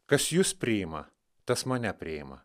kas jus priima tas mane priima